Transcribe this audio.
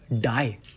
die